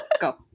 go